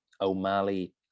O'Malley